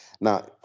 Now